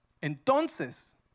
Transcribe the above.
Entonces